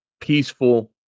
peaceful